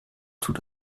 tut